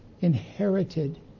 inherited